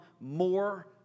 more